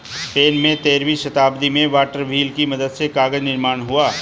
Spain में तेरहवीं शताब्दी में वाटर व्हील की मदद से कागज निर्माण हुआ